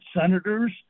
senators